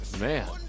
Man